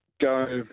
go